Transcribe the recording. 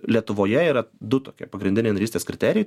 lietuvoje yra du tokie pagrindiniai narystės kriterijai